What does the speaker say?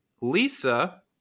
Lisa